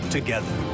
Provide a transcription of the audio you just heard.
Together